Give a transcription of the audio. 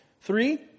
Three